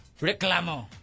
Reclamo